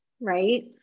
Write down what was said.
Right